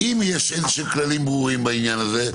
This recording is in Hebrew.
אם יש כללים ברורים בעניין הזה,